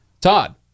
todd